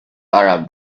arab